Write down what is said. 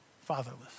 fatherless